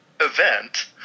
event